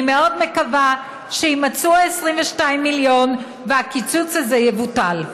אני מאוד מקווה שיימצאו 22 המיליון והקיצוץ הזה יבוטל.